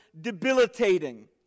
debilitating